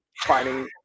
finding